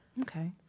Okay